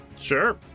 Sure